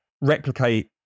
replicate